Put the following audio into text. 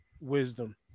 Wisdom